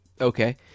okay